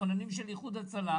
כוננים של איחוד הצלה.